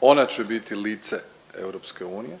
Ona će biti lice EU u